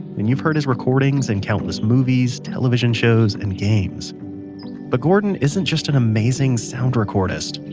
and you've heard his recordings in countless movies, television shows, and games but gordon isn't just an amazing sound recordist.